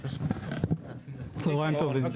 צוהריים טובים.